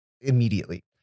immediately